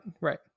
Right